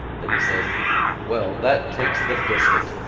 then he said well. that takes the biscuit!